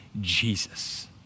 Jesus